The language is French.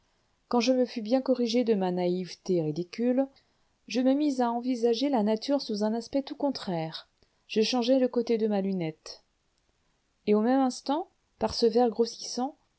quand je me fus bien corrigé de ma naïveté ridicule je me mis à envisager la nature sous un aspect tout contraire je changeai le côté de ma lunette et au même instant par ce verre grossissant